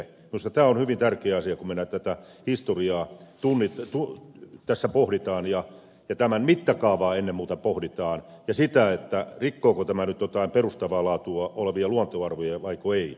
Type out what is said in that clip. minusta tämä on hyvin tärkeä asia kun tätä historiaa tässä pohditaan ja tämän mittakaavaa ennen muuta pohditaan ja sitä rikkooko tämä nyt joitakin perustavaa laatua olevia luontoarvoja vaiko ei